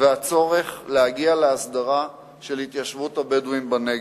ובין הצורך להגיע להסדרה של התיישבות הבדואים בנגב,